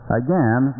again